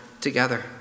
together